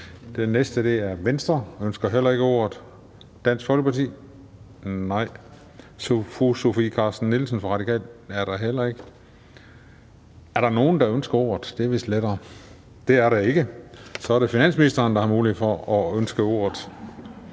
Den næste er Venstre, som heller ikke ønsker ordet. Dansk Folkeparti? Nej. Fru Sofie Carsten Nielsen fra Radikale Venstre er der heller ikke. Er der nogen, der ønsker ordet? Nej, det er der ikke. Så er det finansministeren, der har mulighed for at ønske ordet.